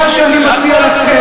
מה שאני מציע לכם,